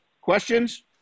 questions